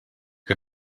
que